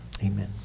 amen